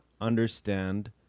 understand